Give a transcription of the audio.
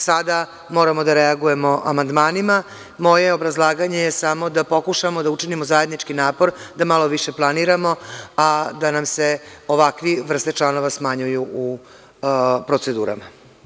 Sada moramo da reagujemo amandmanima, moje obrazlaganje je samo da pokušamo da učinimo zajednički napor, da malo više planiramo, a da nam se ovakve vrste članova smanjuju u procedurama.